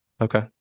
Okay